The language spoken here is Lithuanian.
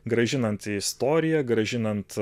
grąžinant istoriją grąžinant